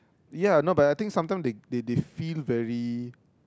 ya no but I think sometimes they they they feel very